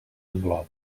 engloba